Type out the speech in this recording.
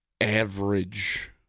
Average